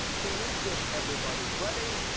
teams, if everybody's ready,